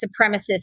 supremacist